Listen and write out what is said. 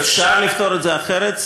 אפשר לפתור את זה אחרת.